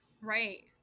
Right